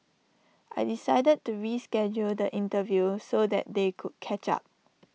I decided to reschedule the interview so that they could catch up